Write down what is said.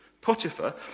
Potiphar